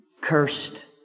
cursed